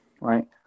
right